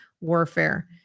warfare